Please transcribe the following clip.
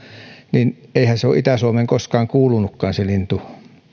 niin eihän se lintu ole itä suomeen koskaan kuulunutkaan